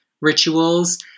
rituals